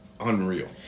unreal